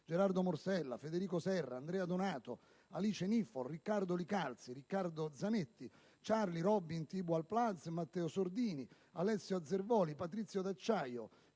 Gerardo Morsella, Federico Serra, Andrea Donato, Alice Niffoi, Riccardo Li Calzi, Riccardo Zanetti, Charlie Robin Thibual Plaze, Matteo Sordini, Alessio Azzervoli, Patrizio D'Acciaio,